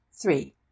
three